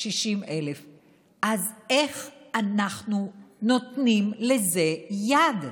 אז זה 60,000. אז איך אנחנו נותנים לזה יד?